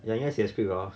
ya 应该写 script hor